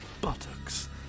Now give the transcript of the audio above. buttocks